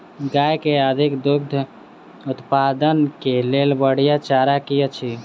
गाय केँ अधिक दुग्ध उत्पादन केँ लेल बढ़िया चारा की अछि?